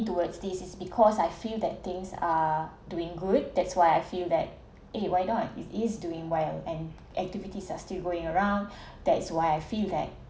towards this is because I feel that things are doing good that's why I feel that eh why not it is doing well and activities are still going around that's why I feel that